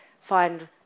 find